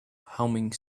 humming